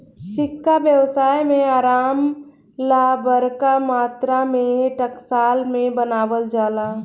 सिक्का व्यवसाय में आराम ला बरका मात्रा में टकसाल में बनावल जाला